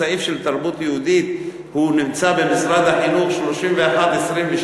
הסעיף של תרבות יהודית נמצא במשרד החינוך: 3122,